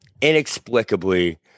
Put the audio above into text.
inexplicably